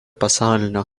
pasaulinio